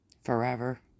forever